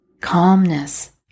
Calmness